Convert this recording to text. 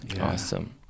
Awesome